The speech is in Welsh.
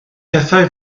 pethau